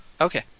Okay